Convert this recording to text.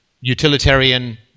utilitarian